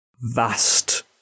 vast